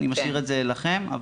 ונשאיר את זה לכם.